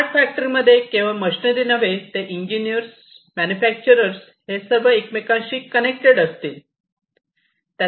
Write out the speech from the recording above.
smart फॅक्टरीमध्ये केवळ machinery नव्हे तर इंजिनिअर्स मॅन्युफॅक्चरर्स हे सर्व एकमेकांशी कनेक्ट असतील